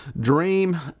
dream